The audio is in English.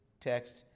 text